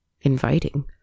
inviting